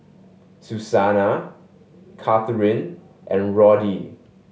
Susana Catharine and Roddy